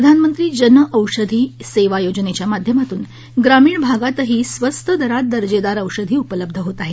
प्रधानंमत्री जनऔषधी सेवा योजनेच्या माध्यमातून ग्रामीण भागातही स्वस्त दरात दर्जेदार औषधी उपलब्ध होत आहेत